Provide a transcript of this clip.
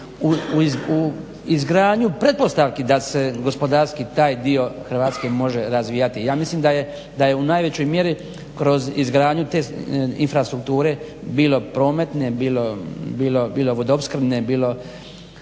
u izgradnji pretpostavki da se gospodarski taj dio Hrvatske može razvijati. Ja mislim da je u najvećoj mjeri kroz izgradnju te infrastrukture bilo prometne, bilo vodoopskrbne, bilo